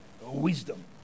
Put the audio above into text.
wisdom